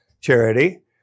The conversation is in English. Charity